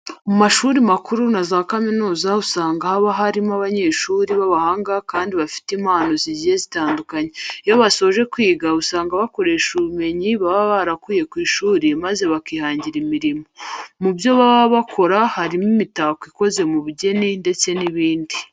Mu mashuri makuru na za kaminuza usanga haba hari abanyeshuri b'abahanga kandi bafite impano zigiye zitandukanye. Iyo basoje kwiga usanga bakoresha ubumenyi baba barakuye ku ishuri maze bakihangira imirimo. Mu byo baba bakora harimo imitako ikoze mu bugeni ndetse n'ibindi.